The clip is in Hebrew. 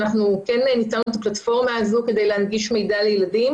ניצלנו את הפלטפורמה הזו כדי להנגיש מידע לילדים.